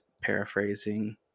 paraphrasing